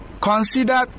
Consider